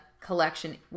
collection